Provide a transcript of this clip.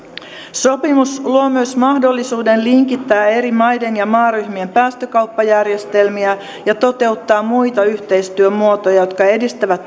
sopimus luo myös mahdollisuuden linkittää eri maiden ja maaryhmien päästökauppajärjestelmiä ja toteuttaa muita yhteistyömuotoja jotka edistävät